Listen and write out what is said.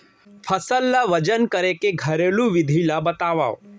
फसल ला वजन करे के घरेलू विधि ला बतावव?